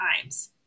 times